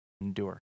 endure